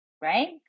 Right